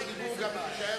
וכו'.